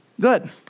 Good